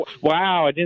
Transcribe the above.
wow